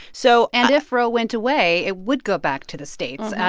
so. and if roe went away, it would go back to the states.